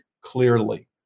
clearly